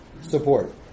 support